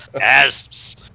Asps